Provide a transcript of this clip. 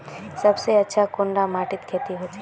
सबसे अच्छा कुंडा माटित खेती होचे?